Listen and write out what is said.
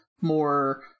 more –